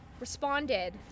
responded